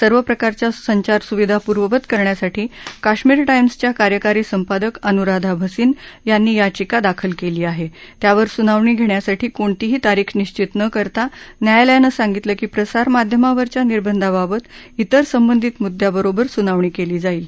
सर्व प्रकारच्या संचारसुविधा पूर्ववत करण्यासाठी कश्मीर टाईम्सच्या कार्यकारी संपादक अनुराधा भसीन यांनी याचिका दाखल केली आहे त्यावर सुनावणी घेण्यासाठी कोणतीही तारीख निश्वित न करता न्यायालयानं सांगितलं की प्रसारमाध्यमावरच्या निर्बंधाबाबत त्वर संबंधित मुद्यांवरोबर सुनावणी केली जाईल